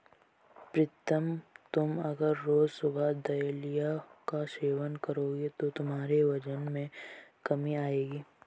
प्रीतम तुम अगर रोज सुबह दलिया का सेवन करोगे तो तुम्हारे वजन में कमी आएगी